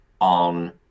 on